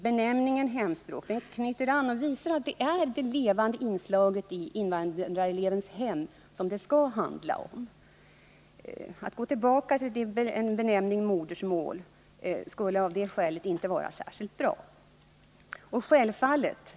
Benämningen hemspråk visar att det är ett levande inslag i invandrarelevens hem det handlar om. Att gå tillbaka till benämningen modersmål skulle av det skälet inte vara särskilt bra.